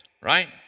right